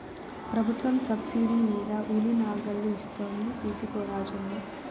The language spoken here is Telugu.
ప్రభుత్వం సబ్సిడీ మీద ఉలి నాగళ్ళు ఇస్తోంది తీసుకో రాజన్న